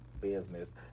business